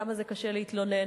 יודע כמה קשה להתלונן,